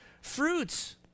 fruits